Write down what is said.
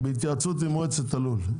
בהתייעצות עם מועצת הלול,